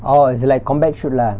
orh it's like combat shoot lah